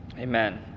amen